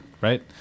right